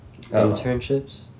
Internships